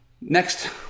Next